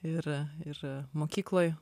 ir ir mokykloj